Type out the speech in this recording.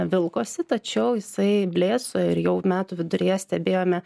vilkosi tačiau jisai blėso ir jau metų viduryje stebėjome